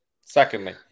Secondly